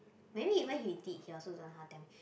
maybe even he did he also don't know how tell me